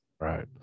Right